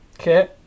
Okay